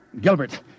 Gilbert